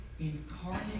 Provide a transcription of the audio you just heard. incarnate